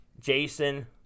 Jason